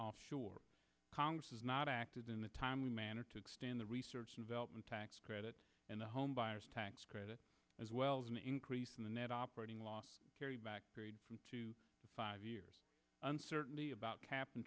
offshore congress has not acted in a timely manner to extend the research development tax credit and the homebuyer tax credit as well as an increase in the net operating loss carry back from two to five years uncertainty about cap